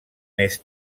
més